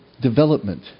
development